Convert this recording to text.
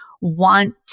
want